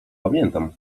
pamiętam